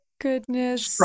Goodness